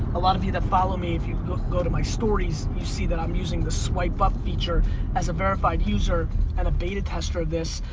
a lot of you that follow me, if you go go to my stories, you see that i'm using the swipe up feature as a verified user and a beta tester of this,